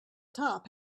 top